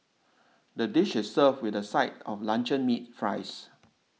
the dish is served with a side of luncheon meat fries